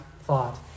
thought